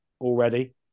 already